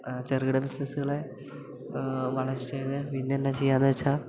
ചെറുകിട ബിസിനസ്സുകളെ വളര്ച്ചയിൽ പിന്നെന്താ ചെയ്യാമെന്നു വെച്ചാൽ